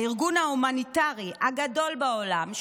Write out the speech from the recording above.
הארגון ההומניטרי הגדול בעולם,